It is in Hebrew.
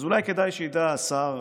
אז אולי כדאי שידע שר